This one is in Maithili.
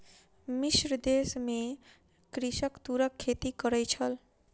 मिस्र देश में कृषक तूरक खेती करै छल